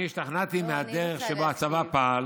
אני השתכנעתי מהדרך שבה הצבא פעל